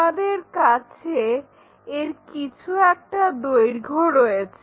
আমাদের কাছে এর কিছু একটা দৈর্ঘ্য রয়েছে